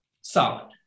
solid